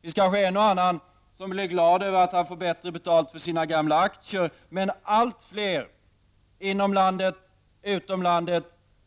Det finns väl en och annan som blir glad över att få bättre betalt för sina gamla aktier, men allt fler inom och utom landet